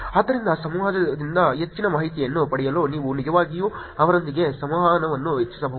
ಆದ್ದರಿಂದ ಸಮಾಜದಿಂದ ಹೆಚ್ಚಿನ ಮಾಹಿತಿಯನ್ನು ಪಡೆಯಲು ನೀವು ನಿಜವಾಗಿಯೂ ಅವರೊಂದಿಗೆ ಸಂವಹನವನ್ನು ಹೆಚ್ಚಿಸಬಹುದು